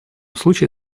случае